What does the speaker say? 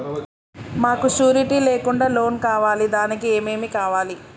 మాకు షూరిటీ లేకుండా లోన్ కావాలి దానికి ఏమేమి కావాలి?